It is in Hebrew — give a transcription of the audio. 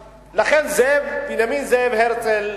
בנימין זאב הרצל,